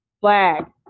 flag